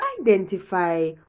identify